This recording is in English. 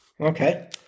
Okay